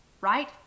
right